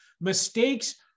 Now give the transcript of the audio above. Mistakes